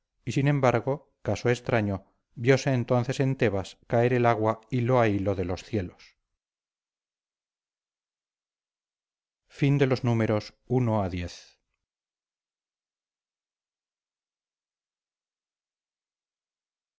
y sin embargo caso extraño vióse entonces en tebas caer el agua hilo a hilo de los cielos